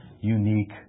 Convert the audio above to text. unique